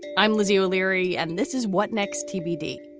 i'm lizzie o'leary and this is what next tbd,